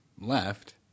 left